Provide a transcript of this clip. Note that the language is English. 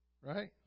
Right